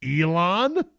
Elon